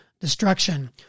destruction